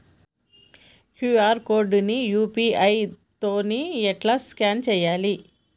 QR code ని UPI తోని ఎట్లా స్కాన్ చేయాలి?